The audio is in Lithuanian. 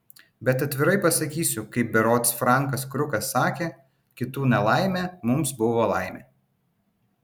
bet atvirai pasakysiu kaip berods frankas krukas sakė kitų nelaimė mums buvo laimė